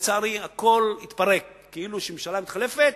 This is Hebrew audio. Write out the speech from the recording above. לצערי, הכול התפרק, כאילו כשממשלה מתחלפת,